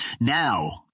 Now